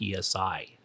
PSI